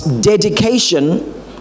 dedication